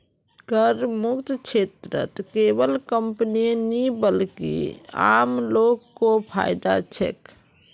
करमुक्त क्षेत्रत केवल कंपनीय नी बल्कि आम लो ग को फायदा छेक